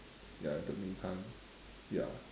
ya in the meantime ya